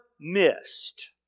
missed